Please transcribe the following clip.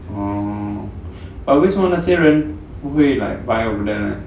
oh but 为什么那些人不会 like buy from them leh